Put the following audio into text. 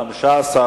הצבעה.